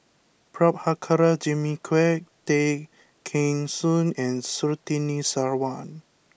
Prabhakara Jimmy Quek Tay Kheng Soon and Surtini Sarwan